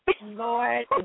Lord